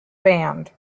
band